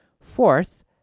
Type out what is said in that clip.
Fourth